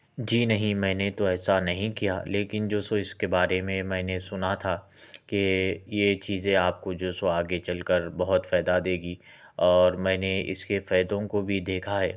جی نہیں میں نے تو ایسا نہیں کیا لیکن جو سو اِس کے بارے میں میں نے سُنا تھا کہ یہ چیزیں آپ کو جو سو آگے چل کر بہت فائدہ دے گی اور میں نے اِس کے فاٮٔدوں کو بھی دیکھا ہے